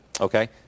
Okay